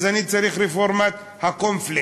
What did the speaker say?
אז אני צריך את רפורמת הקורנפלקס,